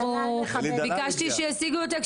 וביקשתי שישיגו אותה,